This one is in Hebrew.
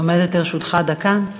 עומדת לרשותך דקה.